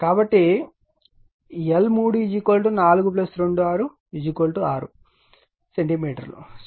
కాబట్టి ఇప్పుడు l 3 4 2 6 centimetre 0